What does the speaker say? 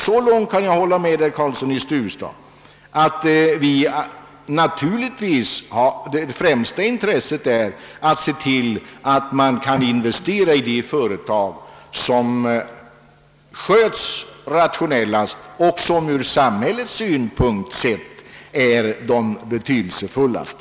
Så långt kan jag hålla med herr Karlsson i Huddinge, att vi naturligtvis har främsta intresset av att se till att man kan investera i de företag som sköts rationellast och som ur samhällets synpunkt är de betydelsefullaste.